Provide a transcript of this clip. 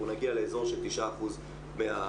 אנחנו נגיע לאזור של 9% מהתוצר.